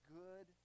good